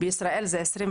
בישראל 29,